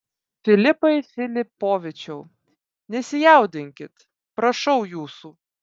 filipai filipovičiau nesijaudinkit prašau jūsų